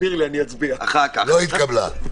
ההסתייגות לא התקבלה.